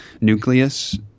nucleus